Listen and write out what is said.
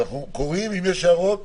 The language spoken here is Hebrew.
אנחנו קוראים, אם יש הערות